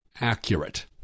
accurate